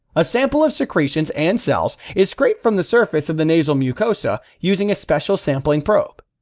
a sample of secretions and cells is scraped from the surface of the nasal mucosa using a special sampling probe.